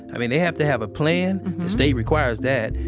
i mean, they have to have a plan state requires that.